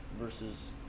versus